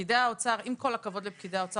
שפקידי האוצר עם כל הכבוד לפקידי האוצר